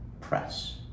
press